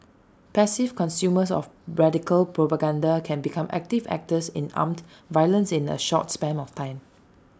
passive consumers of radical propaganda can become active actors in armed violence in A short span of time